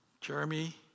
Jeremy